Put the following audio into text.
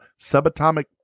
subatomic